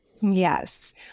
Yes